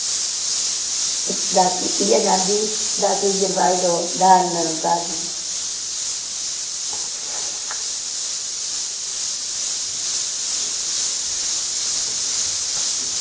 ते दासी इ'यै चाहंदी दासी गी शीरबाद देओ धन्न निरंकार